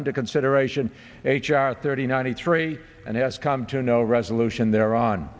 under consideration h r thirty ninety three and has come to no resolution there on